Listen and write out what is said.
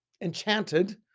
enchanted